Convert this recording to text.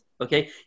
Okay